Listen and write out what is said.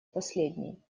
последний